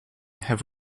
have